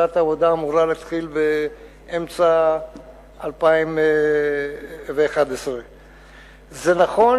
העבודה אמורה להתחיל באמצע 2011. זה נכון